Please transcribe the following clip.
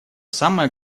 самое